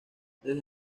desde